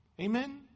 Amen